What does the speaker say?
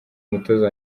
umutoza